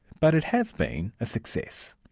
but it has been a success.